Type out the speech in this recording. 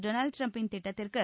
Donald ட்ரம்பின் திட்டத்திற்கு